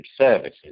services